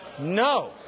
No